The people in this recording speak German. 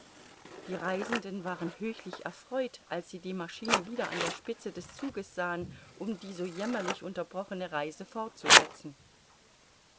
die reisenden waren höchlich erfreut als sie die maschine wieder an der spitze des zuges sahen um die so jämmerlich unterbrochene reise fortzusetzen